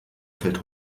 fällt